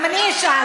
גם אני אשאל.